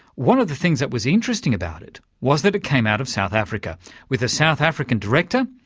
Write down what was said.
one of the things that was interesting about it was that it came out of south africa with a south african director,